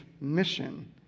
mission